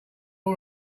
all